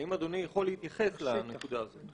האם אדוני יכול להתייחס לשאלה הזאת?